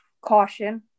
caution